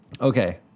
Okay